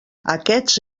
aquests